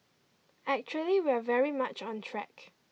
actually we are very much on track